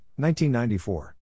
1994